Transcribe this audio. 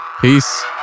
Peace